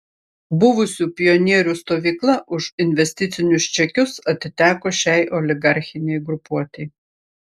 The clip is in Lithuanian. buvusių pionierių stovykla už investicinius čekius atiteko šiai oligarchinei grupuotei